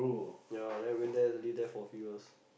ya then I went there live there for a few years